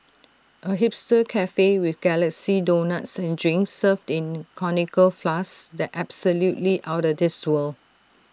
A hipster Cafe with galaxy donuts and drinks served in conical flasks that's absolutely outta this world